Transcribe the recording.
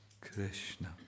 Krishna